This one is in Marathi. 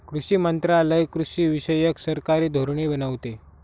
कृषी मंत्रालय कृषीविषयक सरकारी धोरणे बनवते